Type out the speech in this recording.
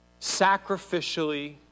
sacrificially